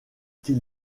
qu’il